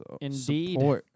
Indeed